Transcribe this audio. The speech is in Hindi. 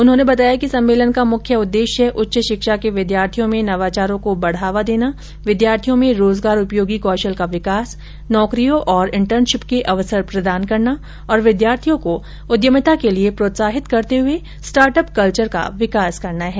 उन्होंने बताया कि सम्मेलन का मुख्य उद्देश्य उच्च शिक्षा के विद्यार्थियों में नवाचारों को बढ़ावा देना विद्यार्थियों में रोजगारपयोगी कौशल का विकास नौकरियों औरं इंटर्नशिप के अवसर प्रदान करना तथा विद्यार्थियों को उद्यमिता के लिए प्रोत्साहित करते हुए स्टार्ट अप कल्चर का विकास करना हैं